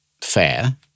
fair